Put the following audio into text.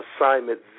assignment